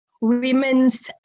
women's